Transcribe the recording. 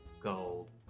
Gold